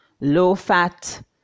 low-fat